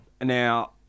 now